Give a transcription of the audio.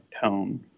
tone